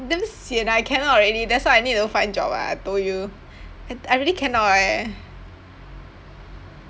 damn sian I cannot already that's why I need to find job [what] I told you I I really cannot eh